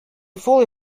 fully